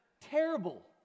terrible